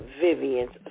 Vivian's